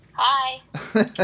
Hi